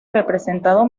representado